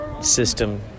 system